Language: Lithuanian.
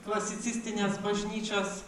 klasicistinės bažnyčios